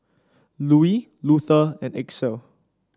Louie Luther and Axel